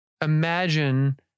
imagine